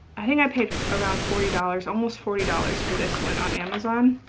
i think i paid around forty dollars, almost forty dollars for this one on amazon,